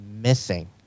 missing